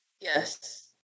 Yes